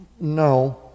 no